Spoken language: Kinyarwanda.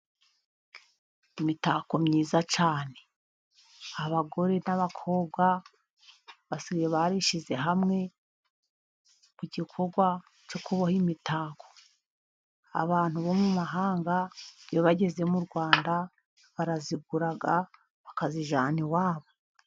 Imitako myiza cyane, abagore n'abakobwa basigaye barishyize hamwe ku gikorwa cyo kuboha imitako. Abantu bo mu mahanga iyo bageze mu Rwanda barayigura bakayijyana iwabo.